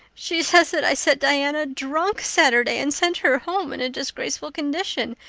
she says that i set diana drunk saturday and sent her home in a disgraceful condition.